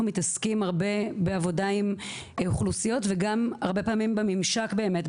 מתעסקים הרבה בעבודה עם אוכלוסיות וגם הרבה פעמים בממשק באמת,